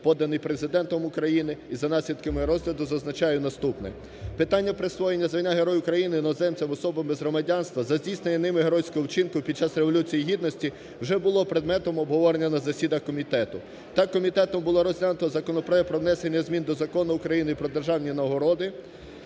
поданий Президентом України, і за наслідками розгляду зазначаю наступне: питання присвоєння звання Герой України іноземцям, особам без громадянства за здійснення ними геройського вчинку під час Революції Гідності вже було предметом обговорення на засіданнях комітету. Так, комітетом було розглянуто законопроект про внесення змін до Закону України "Про державні нагороди"